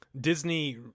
Disney